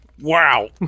Wow